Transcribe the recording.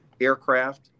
aircraft